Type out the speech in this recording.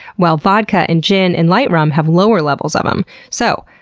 while vodka and gin and light rum have lower levels of em. so,